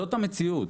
זאת המציאות.